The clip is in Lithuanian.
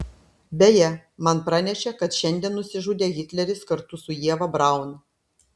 beje man pranešė kad šiandien nusižudė hitleris kartu su ieva braun